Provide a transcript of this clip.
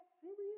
serious